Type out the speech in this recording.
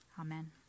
Amen